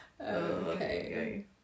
Okay